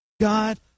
God